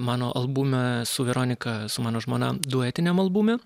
mano albume su veronika su mano žmona duetiniam albume